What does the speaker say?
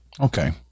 Okay